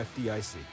FDIC